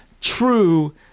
true